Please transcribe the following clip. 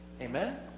Amen